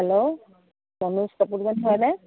hello Manoj কাপোৰ দোকান হয়নে